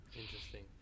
Interesting